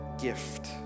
gift